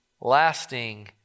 lasting